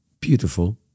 beautiful